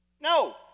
No